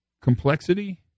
complexity